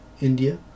India